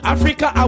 Africa